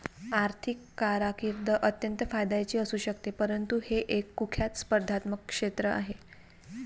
आर्थिक कारकीर्द अत्यंत फायद्याची असू शकते परंतु हे एक कुख्यात स्पर्धात्मक क्षेत्र आहे